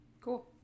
Cool